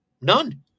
None